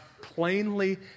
plainly